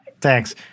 Thanks